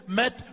met